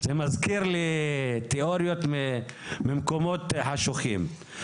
זה מזכיר לי תיאוריות ממקומות חשוכים.